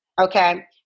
Okay